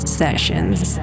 sessions